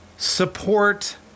Support